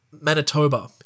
Manitoba